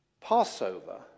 Passover